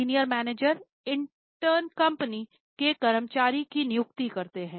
senior manager intern company के कर्मचारियों की नियुक्ति करते हैं